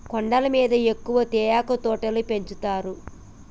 కొండల మీద ఎక్కువ తేయాకు తోటలు పెంచుతారు